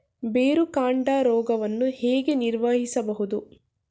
ಬೇರುಕಾಂಡ ರೋಗವನ್ನು ಹೇಗೆ ನಿರ್ವಹಿಸಬಹುದು?